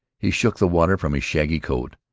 he shook the water from his shaggy coat.